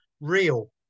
real